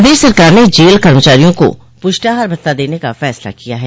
प्रदेश सरकार ने जेल कर्मचारियों को पुष्टाहार भत्ता देने का फैसला किया है